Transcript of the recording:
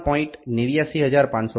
89555 - 57